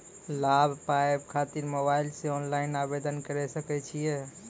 लाभ पाबय खातिर मोबाइल से ऑनलाइन आवेदन करें सकय छियै?